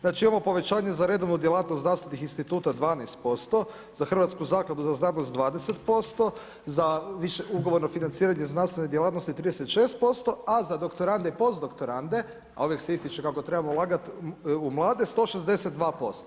Znači imamo povećanje za redovnu djelatnost znanstvenih instituta 12%, za Hrvatsku zakladu za znanost 20%, za ugovorno financiranje znanstvene djelatnosti 35%, a za doktorande i post doktorande a uvijek se ističe kako trebamo ulagati u mlade 162%